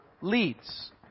leads